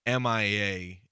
mia